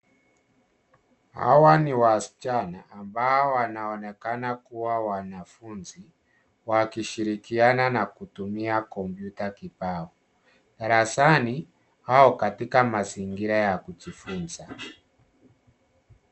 Hawa ni wasichana ambao wanaonekana kuwa wanafunzi wakishirikiana na kutumia kompyuta kibao darasani au katika mazingira ya kujifunza.